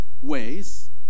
ways